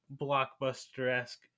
blockbuster-esque